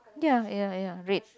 ya ya ya red